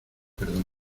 perdonan